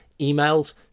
emails